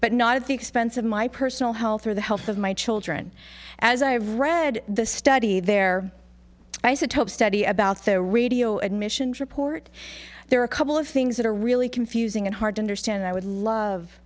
but not at the expense of my personal health or the health of my children as i read the study their isotope study about the radio admission report there are a couple of things that are really confusing and hard to understand i would love